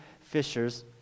fishers